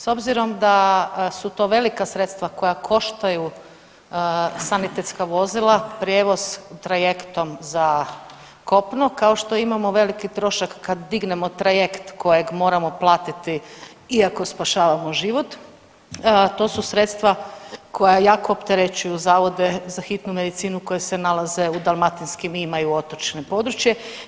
S obzirom da su to velika sredstva koja koštaju sanitetska vozila prijevoz trajektom za kopno, kao što imamo veliki trošak kad dignemo trajekt kojeg moramo platiti iako spašavamo život, to su sredstva koja jako opterećuju zavode za hitnu medicinu koje se nalaze u dalmatinskim i imaju otočno područje.